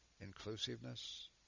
inclusiveness